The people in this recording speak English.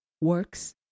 works